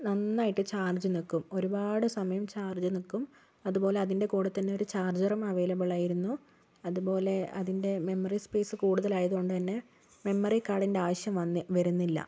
നന്നായിട്ട് ചാർജ് നിൽക്കും ഒരുപാട് സമയം ചാർജ് നിൽക്കും അതുപോലെ അതിന്റെകൂടെ തന്നെ ഒരു ചാർജറും അവൈലബിൾ ആയിരുന്നു അതുപോലെ അതിന്റെ മെമ്മറി സ്പേസ് കൂടുതൽ ആയതുകൊണ്ട് തന്നെ മെമ്മറി കാർഡിന്റെ ആവിശ്യം വരുന്നില്ല